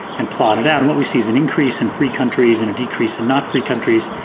and plotted out. and what we see is an increase in free countries, and a decrease in not free countries,